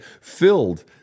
filled